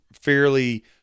fairly